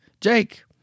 Jake